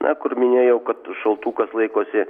na kur minėjau kad šaltukas laikosi